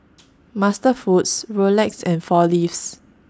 MasterFoods Rolex and four Leaves